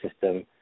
system